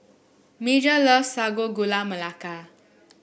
Major loves Sago Gula Melaka